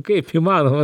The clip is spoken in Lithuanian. kaip įmanoma